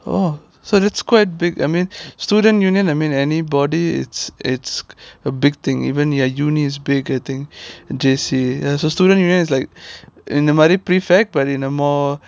oh so that's quite big I mean student union I mean anybody it's it's a big thing even ya uni it's big I think in J_C ya so student union is like இந்த மாதிரி நம்ம:intha maathiri namma prefect but in a more